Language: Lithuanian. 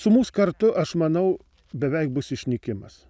su mūs kartu aš manau beveik bus išnykimas